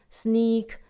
sneak